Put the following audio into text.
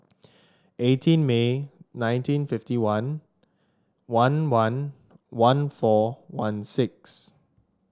eighteen May nineteen fifty one one one one four one six